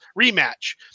rematch